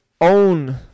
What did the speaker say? own